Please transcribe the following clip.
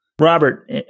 Robert